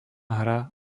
hra